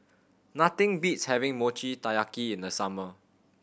nothing beats having Mochi Taiyaki in the summer